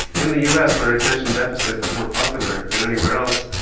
in the us where attention deficit is more popular than anywhere else,